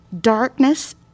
darkness